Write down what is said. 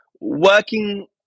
working